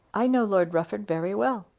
i know lord rufford very well.